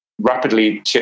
rapidly